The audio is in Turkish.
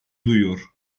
duyuyor